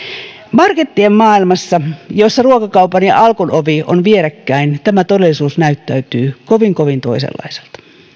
markettien maailmassa jossa ruokakaupan ja alkon ovi ovat vierekkäin tämä todellisuus näyttäytyy kovin kovin toisenlaisena